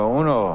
uno